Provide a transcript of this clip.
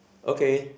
okay